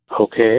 Okay